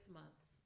months